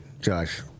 Josh